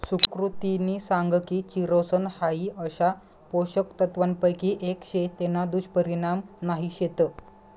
सुकृतिनी सांग की चिरोसन हाई अशा पोषक तत्वांपैकी एक शे तेना दुष्परिणाम नाही शेत